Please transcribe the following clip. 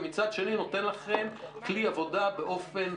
ומצד שני, נותן לכם כלי עבודה באופן